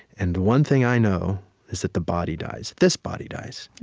and the one thing i know is that the body dies. this body dies,